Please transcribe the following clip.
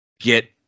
get